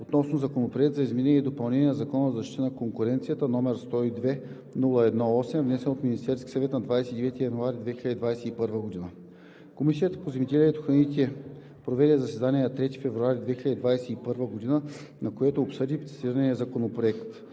относно Законопроект за изменение и допълнение на Закона за защита на конкуренцията, № 102-01-8, внесен от Министерския съвет на 29 януари 2021 г. Комисията по земеделието и храните проведе заседание на 3 февруари 2021 г., на което обсъди цитирания законопроект.